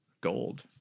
Gold